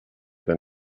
than